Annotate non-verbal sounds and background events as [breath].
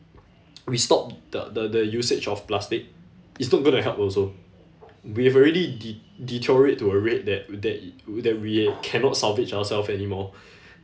we stop the the the usage of plastic it's not going to help also we've already de~ deteriorate to a rate that that w~ that we cannot salvage ourselves anymore [breath]